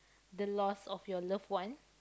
the loss of your love one